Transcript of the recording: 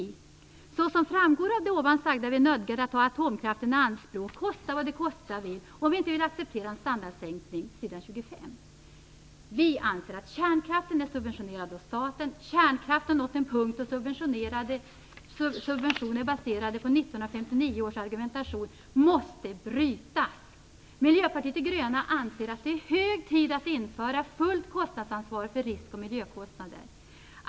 Vidare på s. 25: "Såsom framgår av det ovan sagda är vi nödgade att ta atomkraften i anspråk - kosta vad det kosta vill - om vi inte vill acceptera en standardsänkning." Vi anser att kärnkraften är subventionerad av staten. Kärnkraften har nått en punkt då subventioner baserade på 1959 års argumentation måste avbrytas. Miljöpartiet de gröna anser att det är hög tid att införa fullt kostnadsansvar för risk och miljökostnader!